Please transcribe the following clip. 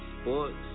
sports